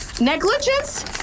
Negligence